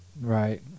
Right